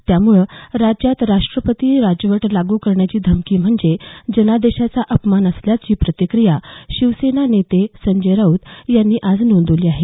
त्यामुळे राज्यात राष्ट्रपती राजवट लागू करण्याची धमकी म्हणजे जनादेशाचा अपमान असल्याची प्रतिक्रिया शिवसेना नेते संजय राऊत यांनी आज नोंदवली आहे